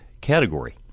category